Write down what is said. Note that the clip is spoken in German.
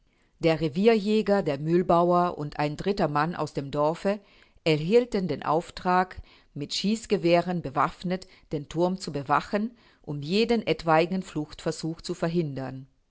der revierjäger der mühlbauer und ein dritter mann aus dem dorfe erhielten den auftrag mit schießgewehren bewaffnet den thurm zu bewachen und jeden etwaigen fluchtversuch zu verhindern